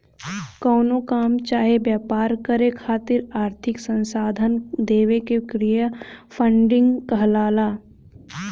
कवनो काम चाहे व्यापार करे खातिर आर्थिक संसाधन देवे के क्रिया फंडिंग कहलाला